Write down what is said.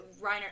Reiner